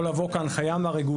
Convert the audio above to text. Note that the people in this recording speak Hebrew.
זו יכולה לבוא כהנחיה מהרגולטור.